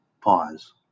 pause